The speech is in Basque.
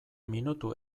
minutu